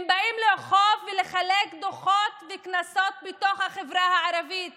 הם באים לאכוף ולחלק דוחות וקנסות בתוך החברה הערבית